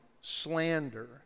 slander